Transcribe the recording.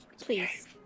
Please